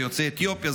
זה יוצאי אתיופיה,